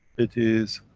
it is